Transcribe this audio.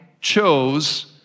chose